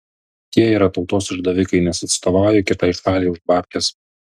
tie yra tautos išdavikai nes atstovauja kitai šaliai už babkes